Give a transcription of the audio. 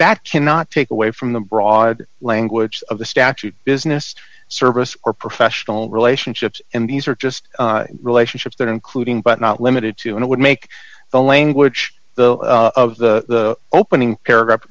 that cannot take away from the broad language of the statute business service or professional relationships and these are just relationships that including but not limited to and it would make the language of the opening paragraph